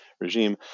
regime